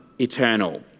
eternal